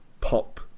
Pop